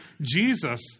Jesus